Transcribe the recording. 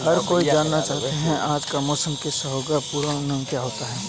हर कोई जानना चाहता है की आज का मौसम केसा होगा तब पूर्वानुमान काम आता है